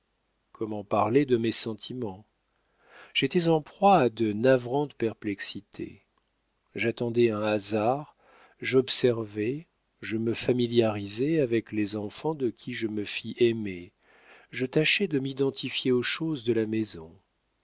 comment parler de mes sentiments j'étais en proie à de navrantes perplexités j'attendais un hasard j'observais je me familiarisais avec les enfants de qui je me fis aimer je tâchais de m'identifier aux choses de la maison